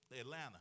Atlanta